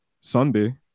sunday